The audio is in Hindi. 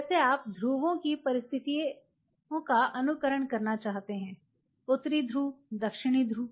जैसे आप ध्रुवों की परिस्थितियों का अनुकरण करना चाहते हैं उत्तरी ध्रुव दक्षिणी ध्रुव